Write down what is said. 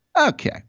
okay